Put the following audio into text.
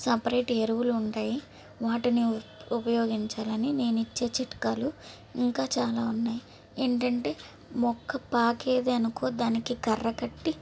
separate ఎరువులు ఉంటాయి వాటిని ఉపయోగించాలని నేను ఇచ్చే చిట్కాలు ఇంకా చాలా ఉన్నాయి ఏంటంటే మొక్క పాకేది అనుకో దానికి కర్ర కట్టి